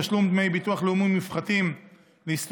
תשלום דמי ביטוח לאומי מופחתים לסטודנט